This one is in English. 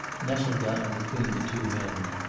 nestled down between the two men.